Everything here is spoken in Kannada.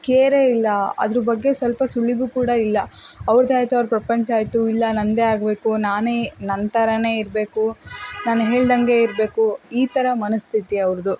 ಕೇರೇ ಇಲ್ಲ ಅದರ ಬಗ್ಗೆ ಸ್ವಲ್ಪ ಸುಳಿವು ಕೂಡ ಇಲ್ಲ ಅವ್ರದೇ ಆಯಿತು ಅವರ ಪ್ರಪಂಚ ಆಯಿತು ಇಲ್ಲ ನನ್ನದೇ ಆಗಬೇಕು ಇಲ್ಲ ನಾನೇ ನನ್ನ ಥರಾನೇ ಇರಬೇಕು ನಾನು ಹೇಳ್ದಂಗೆ ಇರಬೇಕು ಈ ಥರ ಮನಸ್ಥಿತಿ ಅವ್ರದು